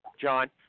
John